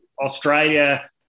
Australia